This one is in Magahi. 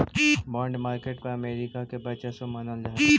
बॉन्ड मार्केट पर अमेरिका के वर्चस्व मानल जा हइ